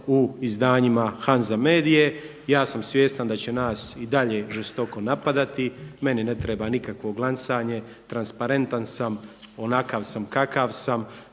u izdanjima Hanza Medie ja sam svjestan da će nas i dalje žestoko napadati. Meni ne treba nikakvo glancanje, transparentan sam onakav kakav sam,